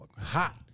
hot